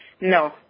No